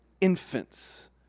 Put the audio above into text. infants